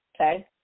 Okay